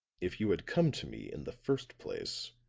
if you had, come to me in the first place,